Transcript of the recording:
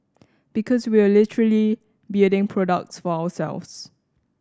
because we are literally building products for ourselves